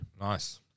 Nice